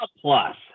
plus